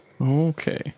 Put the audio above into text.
Okay